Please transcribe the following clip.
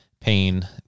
pain